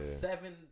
seven